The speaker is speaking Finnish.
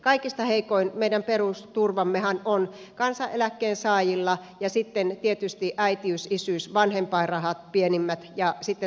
kaikista heikoin meidän perusturvammehan on kansaneläkkeen saajilla ja sitten tietysti äitiys isyys vanhempainrahoissa pienimmissä ja sitten sairauspäivärahassa